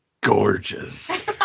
gorgeous